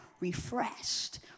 refreshed